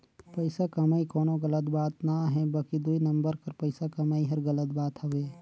पइसा कमई कोनो गलत बात ना हे बकि दुई नंबर कर पइसा कमई हर गलत बात हवे